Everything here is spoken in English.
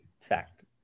fact